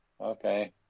okay